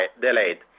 delayed